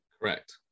Correct